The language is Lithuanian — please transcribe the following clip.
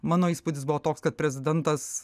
mano įspūdis buvo toks kad prezidentas